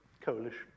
Coalition